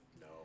No